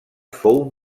fou